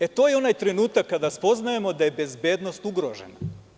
E, to je onaj trenutak kada spoznajemo da je bezbednost ugrožena.